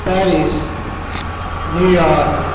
Paris New York